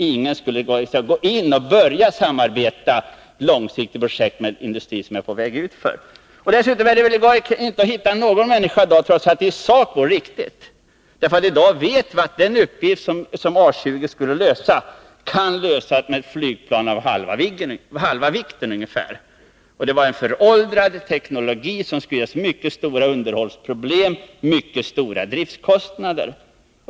Ingen skulle gå in och samarbeta i långsiktiga projekt med en industri som är på väg bort. I dag vet vi att den uppgift som A 20 skulle lösa kan lösas med ett flygplan som har bara hälften så stor vikt ungefär. Det vore på sikt en föråldrad teknologi som skulle ge upphov till mycket stora underhållsproblem och driftkostnader.